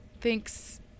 Thanks